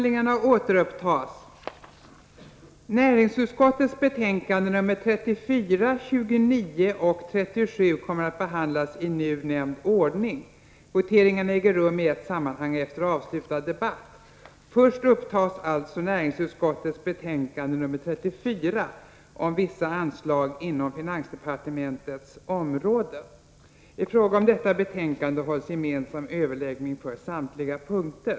Näringsutskottets betänkanden 34, 29 och 37 kommer att behandlas i nu nämnd ordning. Voteringarna äger rum i ett sammanhang efter avslutad debatt. Först upptas alltså näringsutskottets betänkande 34 om vissa anslag inom finansdepartementets område. I fråga om detta betänkande hålls gemensam överläggning för samtliga punkter.